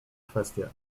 kwestię